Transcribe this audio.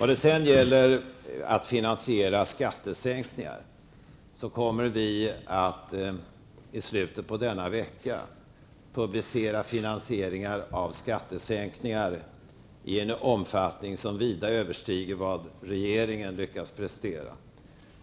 När det sedan gäller frågan om att finansiera skattesänkningar, kommer vi i slutet av denna vecka att publicera förslag till finansieringar av skattesänkningar i en omfattning som vida överstiger vad regeringen lyckats prestera.